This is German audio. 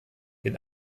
den